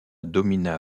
domina